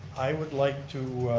i would like to